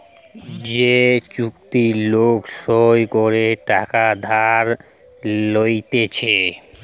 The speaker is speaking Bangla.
যে চুক্তি লোক সই করে টাকা ধার লইতেছে